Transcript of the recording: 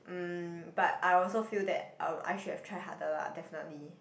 um but I also feel that um I should have tried harder lah definitely